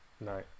no